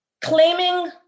claiming